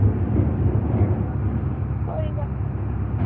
कोई गल्ल